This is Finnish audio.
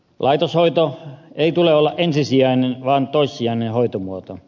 laitoshoidon ei tule olla ensisijainen vaan toissijainen hoitomuoto